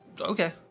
Okay